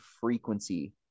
frequency